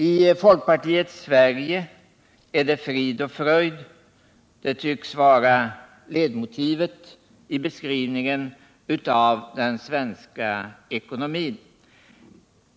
I folkpartiets Sverige är det frid och fröjd — det tycks vara ledmotivet i beskrivningen av den svenska ekonomin.